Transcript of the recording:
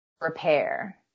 repair